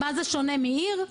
מה זה שונה מעיר?